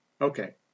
Okay